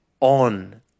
on